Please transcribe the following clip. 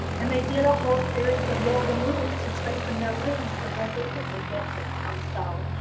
and they did a whole series of yoga moves to strengthen their wings so that they could make that trip down south.